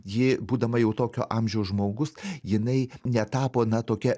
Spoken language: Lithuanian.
ji būdama jau tokio amžiaus žmogus jinai netapo na tokia